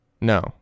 No